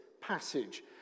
passage